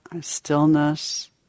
stillness